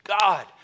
God